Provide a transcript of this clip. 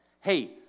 hey